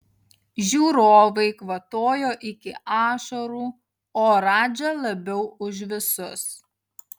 žiūrovai kvatojo iki ašarų o radža labiau už visus